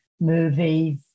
movies